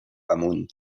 amunt